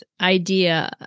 idea